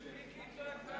סעיף 18,